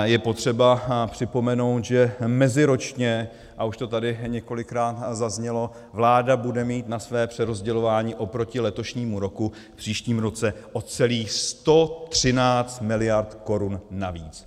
Je potřeba připomenout, že meziročně a už to tady několikrát zaznělo vláda bude mít na své přerozdělování oproti letošnímu roku v příštím roce o celých 113 mld. korun navíc.